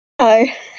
Hi